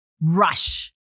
Rush